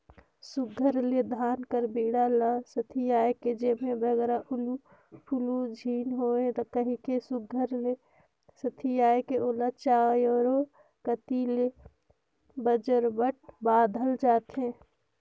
सुग्घर ले धान कर बीड़ा ल सथियाए के जेम्हे बगरा उलु फुलु झिन होए कहिके सुघर ले सथियाए के ओला चाएरो कती ले बजरबट बाधल जाथे